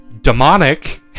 Demonic